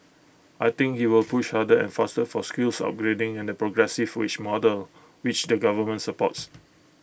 I think he will push harder and faster for skills upgrading and the progressive wage model which the government supports